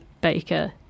baker